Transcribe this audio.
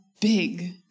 big